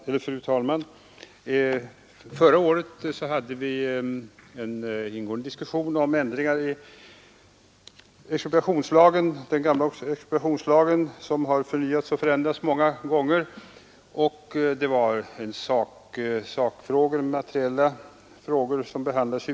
Fru talman! Förra året hade vi en ingående diskussion om ändringar i den gamla expropriationslagen, som förnyats och förändrats många gänger. Det var huvudsakligen materiella frågor som behandlades.